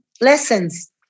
lessons